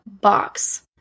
box